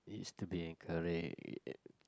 it used to be correct